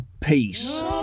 Peace